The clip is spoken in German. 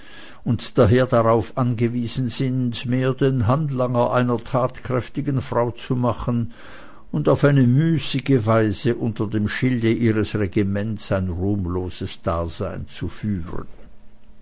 und daher darauf angewiesen sind mehr den handlanger einer tatkräftigen frau zu machen und auf eine müßige weise unter dem schilde ihres regimentes ein ruhmloses dasein zu führen